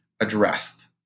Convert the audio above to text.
addressed